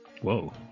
Whoa